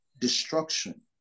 destruction